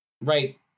right